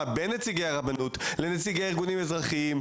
בין נציגי הרבנות לנציגי הארגונים האזרחיים,